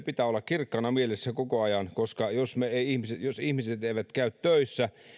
pitää olla kirkkaana mielessä koko ajan koska jos ihmiset eivät käy töissä